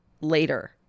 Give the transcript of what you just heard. later